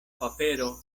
papero